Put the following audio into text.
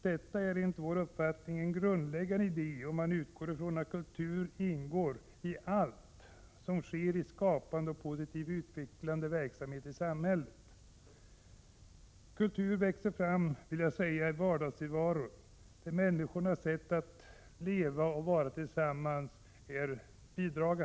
Detta är enligt vår uppfattning en grundläggande idé, om man utgår från att kultur ingår i allt som sker i skapande och positivt utvecklande verksamhet i samhället. Kultur växer fram i vardagstillvaron, i människors sätt att vara och leva tillsammans.